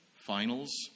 finals